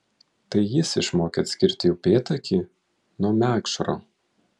tai jis išmokė atskirti upėtakį nuo mekšro